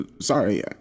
Sorry